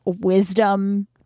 wisdom